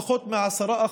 פחות מ-10%.